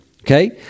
Okay